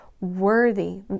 worthy